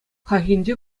хальхинче